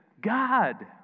God